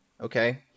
okay